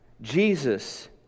Jesus